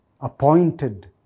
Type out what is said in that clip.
appointed